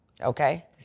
Okay